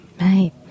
Right